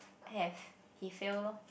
have he fail lor